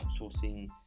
outsourcing